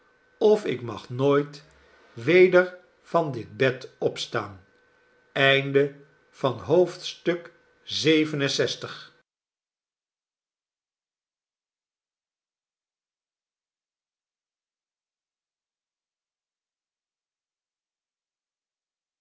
of ik mag nooit weder van dit bed opstaan